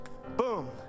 Boom